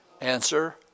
Answer